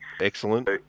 excellent